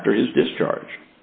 after his discharge